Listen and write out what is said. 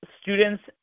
students